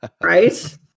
Right